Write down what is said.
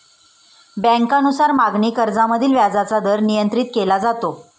बँकांनुसार मागणी कर्जामधील व्याजाचा दर नियंत्रित केला जातो